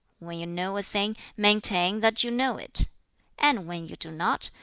when you know a thing, maintain that you know it and when you do not,